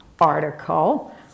article